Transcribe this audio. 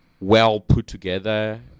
well-put-together